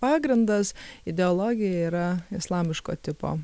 pagrindas ideologija yra islamiško tipo